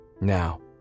Now